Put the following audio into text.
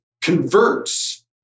converts